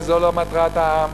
וזו לא מטרת העם,